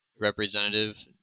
representative